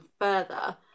further